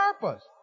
purpose